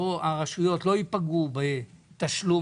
שהרשויות לא ייפגעו בתשלום,